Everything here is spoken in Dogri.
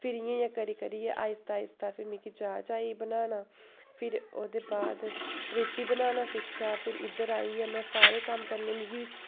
फिर इ'यां इ'यां करी करियै आहिस्ता आहिस्ता फ्ही मिगी जाच आई गेई बनाना फिर ओह्दे बाद रुट्टी बनाना सिक्खेआ फिर इद्धर आइयै में सारे कम्म